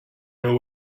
know